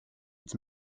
its